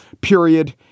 period